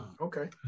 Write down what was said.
Okay